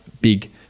big